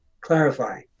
clarify